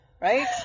Right